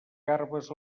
garbes